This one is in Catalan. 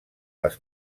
les